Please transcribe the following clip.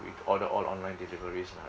with all the all online deliveries lah